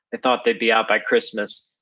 they thought they'd be out by christmas,